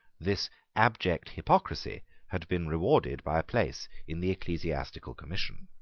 this abject hypocrisy had been rewarded by a place in the ecclesiastical commission.